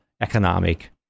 economic